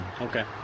okay